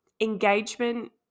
engagement